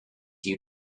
you